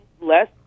less